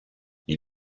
les